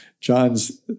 John's